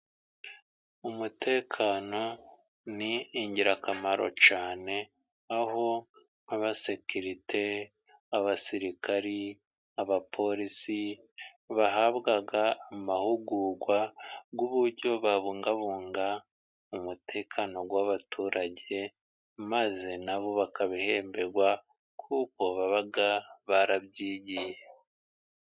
Umutekano ni ingirakamaro cyane aho nk'abasekirite, abasirikari, abaporisi bahabwa amahugurwa ku buryo babungabunga umutekano w'abaturage, maze na bo bakabihemberwa, kuko baba barabyigiye.